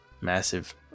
massive